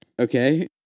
Okay